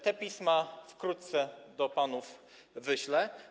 Te pisma wkrótce do panów wyślę.